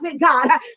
God